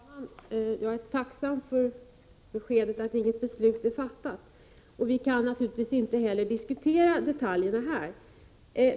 Herr talman! Jag är tacksam för beskedet att inget beslut är fattat. Vi kan naturligtvis inte heller diskutera detaljerna här.